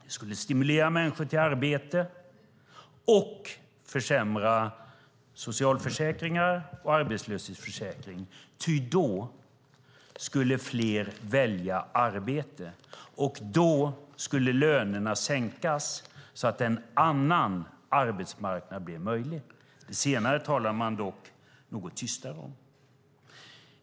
Det skulle stimulera människor till arbete och försämra socialförsäkringar och arbetslöshetsförsäkring, ty då skulle fler välja arbete och då skulle lönerna sänkas så att en annan arbetsmarknad blev möjlig. Det senare talar man dock något tystare om.